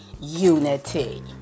unity